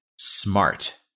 SMART